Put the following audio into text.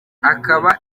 akaba